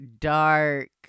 dark